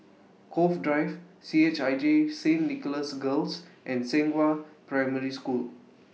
Cove Drive C H I J Saint Nicholas Girls and Zhenghua Primary School